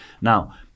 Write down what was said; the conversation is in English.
Now